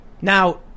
Now